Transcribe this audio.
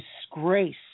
disgrace